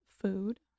food